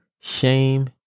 shame